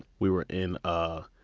we were in ah